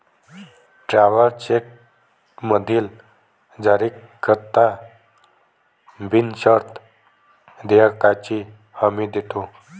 travellers चेकमधील जारीकर्ता बिनशर्त देयकाची हमी देतो